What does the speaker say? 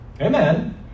amen